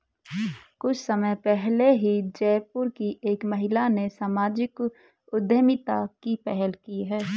कुछ समय पहले ही जयपुर की एक महिला ने सामाजिक उद्यमिता की पहल की है